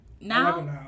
now